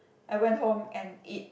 I went home and eat